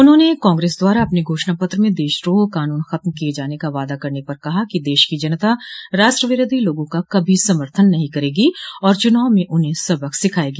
उन्होंने कांग्रेस द्वारा अपने घोषणा पत्र में देशद्रोह कानून खत्म किये जाने का वादा करने पर कहा कि देश की जनता राष्ट्र विरोधी लोगों का कभी समर्थन नहीं करेगी और चुनाव में उन्हें सबक सिखायेगी